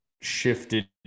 shifted